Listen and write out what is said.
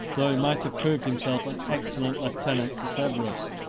though he might have approved himself an excellent lieutenant, to severus,